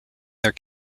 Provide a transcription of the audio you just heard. their